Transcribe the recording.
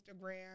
instagram